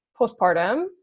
postpartum